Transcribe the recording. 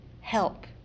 help